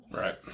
Right